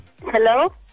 Hello